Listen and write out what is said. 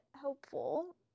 helpful